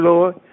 Lord